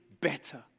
better